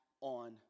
on